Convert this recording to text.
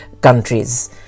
countries